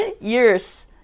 years